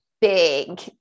big